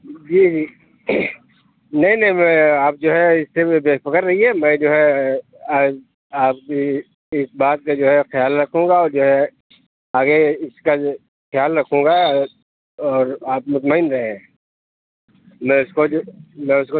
جی جی نہیں نہیں میں اب جو ہے اِس سے بے فكر رہیے میں جو ہے آپ بھی اِس بات كا جو ہے خیال رکھوں گا اور جو ہے آگے اِس كا جو خیال ركھوں گا اور آپ مطمئن رہیں میں اُس كو جو میں اُس كو